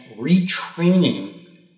retraining